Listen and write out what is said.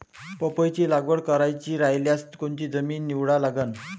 पपईची लागवड करायची रायल्यास कोनची जमीन निवडा लागन?